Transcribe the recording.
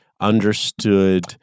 understood